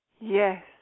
Yes